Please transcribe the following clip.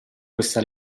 questa